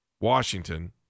Washington